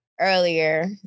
earlier